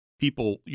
People